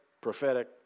prophetic